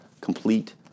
complete